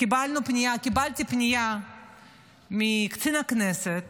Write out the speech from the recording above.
קיבלתי פנייה מקצין הכנסת